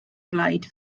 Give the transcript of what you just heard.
blaid